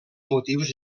motius